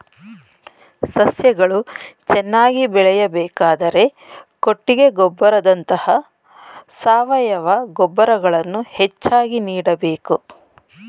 ಸಸ್ಯಗಳು ಚೆನ್ನಾಗಿ ಬೆಳೆಯಬೇಕಾದರೆ ಕೊಟ್ಟಿಗೆ ಗೊಬ್ಬರದಂತ ಸಾವಯವ ಗೊಬ್ಬರಗಳನ್ನು ಹೆಚ್ಚಾಗಿ ನೀಡಬೇಕು